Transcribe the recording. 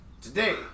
Today